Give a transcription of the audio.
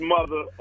Mother